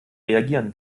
reagieren